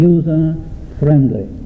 User-friendly